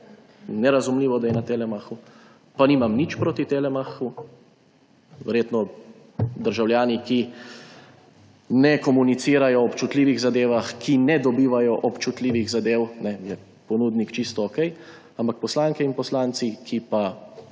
nerazumljivo, da je na Telemachu. Pa nimam nič proti Telemachu, verjetno državljani, ki ne komunicirajo o občutljivih zadevah, ki ne dobivajo občutljivih zadev, jim je ponudnik čisto okej, ampak poslanke in poslanci, ki pa